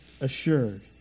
assured